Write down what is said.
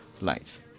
lights